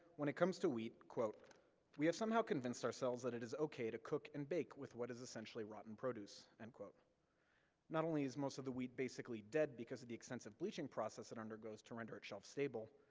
when it comes to wheat, we have somehow convinced ourselves that it is okay to cook and bake with what is essentially rotten produce. and not only is most of the wheat basically dead because of the extensive bleaching process it undergoes to render it shelf-stable,